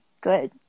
good